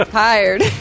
tired